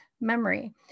memory